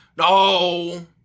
No